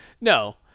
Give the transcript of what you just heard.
No